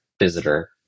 visitor